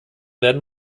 werden